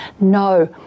no